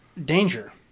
danger